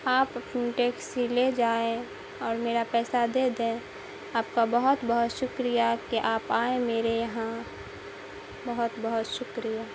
آپ اپنی ٹیکسی لے جائیں اور میرا پیسہ دے دیں آپ کا بہت بہت شکریہ کہ آپ آئے میرے یہاں بہت بہت شکریہ